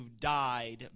died